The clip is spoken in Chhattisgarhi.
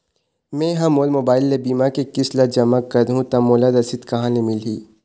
मैं हा मोर मोबाइल ले बीमा के किस्त ला जमा कर हु ता मोला रसीद कहां ले मिल ही?